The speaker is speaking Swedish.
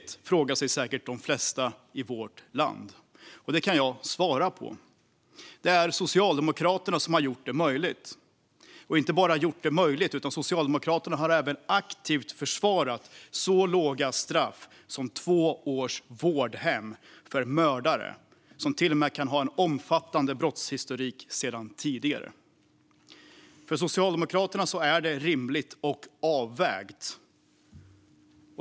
Det frågar sig säkert de flesta i vårt land. Jag kan svara på det. Det är Socialdemokraterna som har gjort det möjligt. Och Socialdemokraterna har inte bara gjort det möjligt - de har även aktivt försvarat så låga straff som två års vårdhem för mördare som till och med kan ha omfattande brottshistorik sedan tidigare. För Socialdemokraterna är detta rimligt och avvägt.